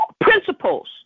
Principles